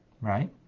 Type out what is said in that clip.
right